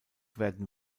werden